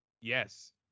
yes